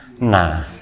Nah